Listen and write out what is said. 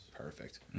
Perfect